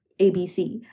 ABC